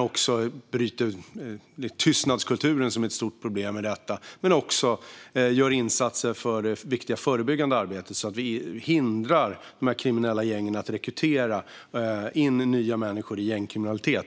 och bryter den tystnadskultur som är ett stort problem i detta sammanhang. Men vi gör också viktiga förebyggande insatser, så att vi hindrar dessa kriminella gäng att rekrytera nya människor in i gängkriminalitet.